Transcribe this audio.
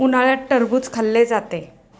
उन्हाळ्यात टरबूज खाल्ले जाते